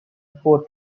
four